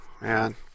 Man